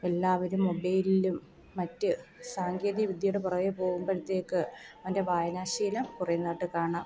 എല്ലാവരും മൊബൈലിലും മറ്റ് സാങ്കേതിക വിദ്ധ്യയുടെ പുറകേ പോകുമ്പോഴത്തേക്ക് അതിൻ്റെ വായനാശീലം കുറയുന്നതായിട്ട് കാണാം